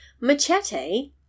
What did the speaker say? Machete